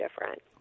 different